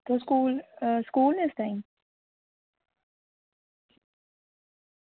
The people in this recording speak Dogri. तुस स्कूल स्कूल न इस टाईम